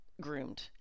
groomed